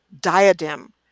diadem